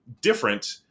different